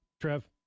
Trev